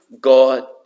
God